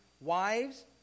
wives